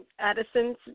Edison's